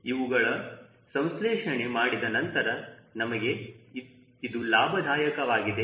ಇವೆಲ್ಲವುಗಳ ಸಂಸ್ಲೇಷಣೆ ಮಾಡಿದ ನಂತರ ನಮಗೆ ಇದು ಲಾಭದಾಯಕವಾಗಿದೆ